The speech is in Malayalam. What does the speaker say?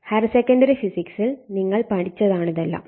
ഹയർ സെക്കണ്ടറി ഫിസിക്സിൽ നിങ്ങൾ പഠിച്ചതാണിതെല്ലാം